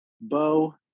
Bo